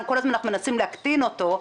כל הזמן אנחנו מנסים להקטין אותו,